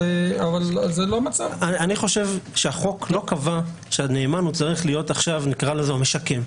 חושב שהחוק לא קבע שהנאמן צריך להיות המשקם,